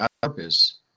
purpose